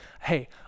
hey